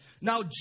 Now